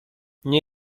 nie